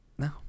No